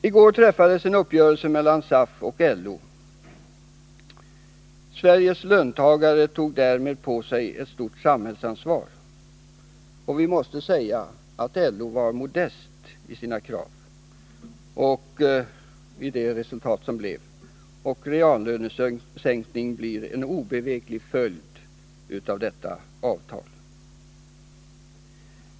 I går träffades en uppgörelse mellan SAF och LO. Sveriges löntagare tog därmed på sig ett stort samhällsansvar, och vi måste säga att LO var modest i sina krav. Reallönesänkning blir en obeveklig följd av detta avtal.